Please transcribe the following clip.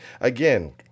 again